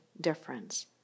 difference